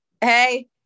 Hey